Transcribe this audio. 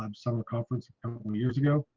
um summer conference um years ago.